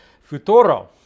Futuro